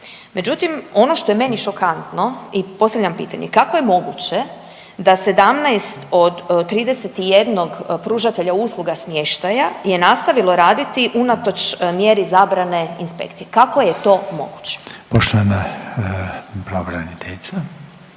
Međutim, ono što je meni šokantno i postavljam pitanje, kako je moguće da 17 od 31 pružatelja usluga smještaja je nastavilo raditi unatoč raditi mjere zabrane inspekcije, kako je to moguće? **Reiner,